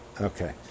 okay